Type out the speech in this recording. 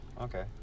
Okay